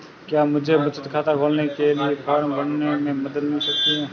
क्या मुझे बचत खाता खोलने के लिए फॉर्म भरने में मदद मिल सकती है?